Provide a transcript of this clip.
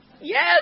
Yes